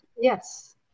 Yes